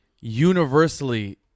universally